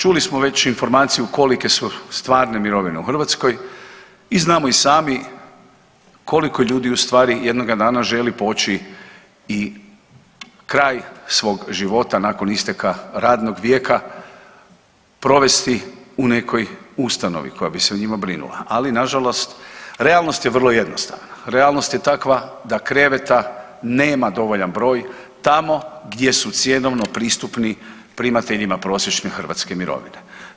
Čuli smo već informaciju kolike su stvarne mirovine u Hrvatskoj i znamo i sami koliko ljudi u stvari jednoga dana želi poći i kraj svog života nakon isteka radnog vijeka provesti u nekoj ustanovi koja bi se o njima brinula, ali nažalost realnost je vrlo jednostavna, realnost je takva da kreveta nema dovoljan broj tamo gdje su cjenovno pristupni primateljima prosječne hrvatske mirovine.